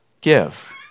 Give